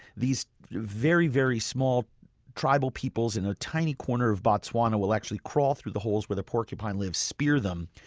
these very, very small tribal peoples in a tiny corner of botswana will actually crawl through the holes where the porcupine live, spear them,